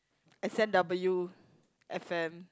S_N_W F_M